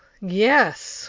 yes